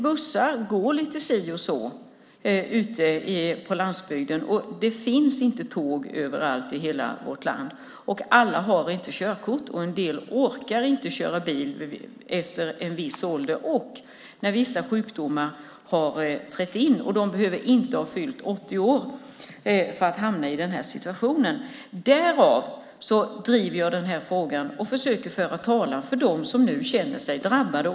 Bussar går lite si och så ute på landsbygden, och det finns inte tåg överallt i hela vårt land. Alla har inte körkort. En del orkar inte köra bil efter en viss ålder och när vissa sjukdomar har trätt in, och de behöver inte ha fyllt 80 år för att hamna i den situationen. Jag driver därför den här frågan och försöker att föra talan för dem som nu känner sig drabbade.